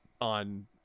on